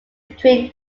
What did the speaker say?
between